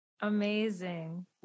Amazing